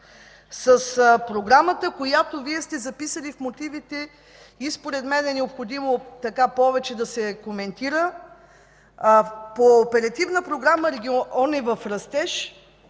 По програмата, която сте записали в мотивите и според мен е необходимо повече да се коментира – по Оперативна програма „Региони в растеж”,